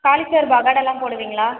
cauliflower பக்கோடாலாம் போடுவீங்களா